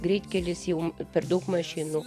greitkelis jau per daug mašinų